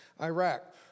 Iraq